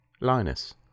Linus